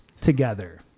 together